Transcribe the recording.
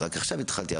רק עכשיו התחלתי,